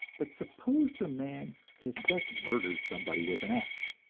but suppose the man has just murdered somebody with an axe,